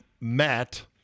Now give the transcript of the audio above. Matt